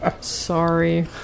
Sorry